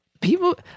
people